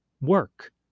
Work